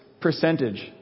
percentage